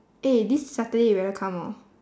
eh this saturday you better come hor